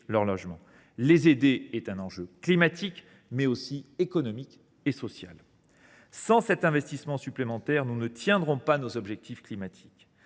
un enjeu, non seulement climatique, mais aussi économique et social. Sans cet investissement supplémentaire, nous ne tiendrons pas nos objectifs climatiques.